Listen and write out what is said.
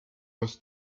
los